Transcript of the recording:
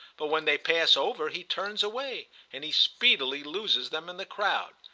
but when they pass over he turns away, and he speedily loses them in the crowd.